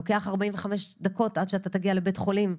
לוקח 45 דקות עד שאתה תגיע לבית חולים.